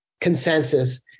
consensus